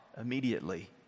immediately